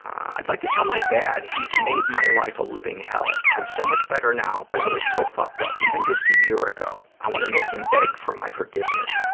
i'd like to tell my dad he's made my life a living hell. i'm so much better now, but i was so fucked up, even just a year ago. i wanna make him beg for my forgiveness,